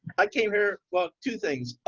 i came here. well, two things,